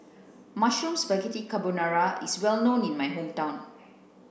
Mushroom Spaghetti Carbonara is well known in my hometown